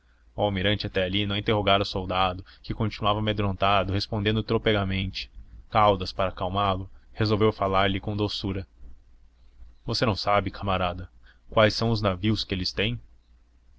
almirante até ali não interrogara o soldado que continuava amedrontado respondendo tropegamente caldas para acalmá lo resolveu falar-lhe com doçura você não sabe camarada quais são os navios que eles têm